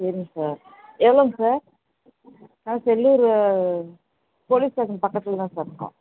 சரிங்க சார் எவ்வளோங்க சார் ஆ செல்லூர் போலீஸ் ஸ்டேஷன் பக்கத்தில் தான் சார் இருக்கோம்